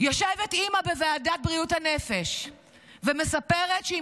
יושבת אימא בוועדת בריאות הנפש ומספרת שהיא